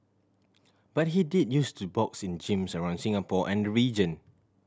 but he did use to box in gyms around Singapore and the region